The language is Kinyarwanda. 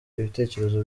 ibitekerezo